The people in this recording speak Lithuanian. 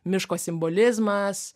miško simbolizmas